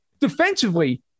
defensively